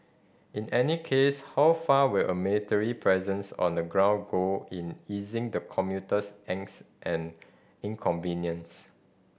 in any case how far will a military presence on the ground go in easing the commuter's angst and inconvenience